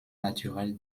naturelle